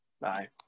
Bye